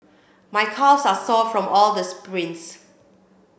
my calves are sore from all the sprints